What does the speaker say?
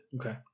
Okay